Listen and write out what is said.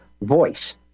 voice